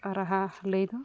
ᱨᱟᱦᱟ ᱞᱟᱹᱭ ᱫᱚ